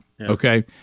Okay